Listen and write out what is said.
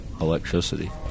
electricity